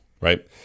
right